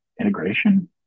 integration